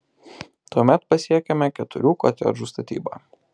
tuomet pasiekiame keturių kotedžų statybą